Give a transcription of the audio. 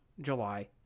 July